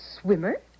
swimmer